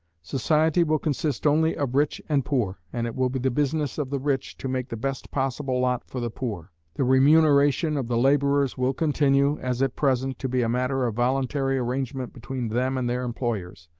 society will consist only of rich and poor, and it will be the business of the rich to make the best possible lot for the poor. the remuneration of the labourers will continue, as at present, to be a matter of voluntary arrangement between them and their employers,